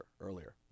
earlier